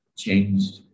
changed